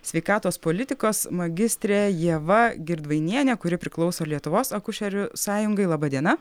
sveikatos politikos magistrė ieva girdvainienė kuri priklauso lietuvos akušerių sąjungai laba diena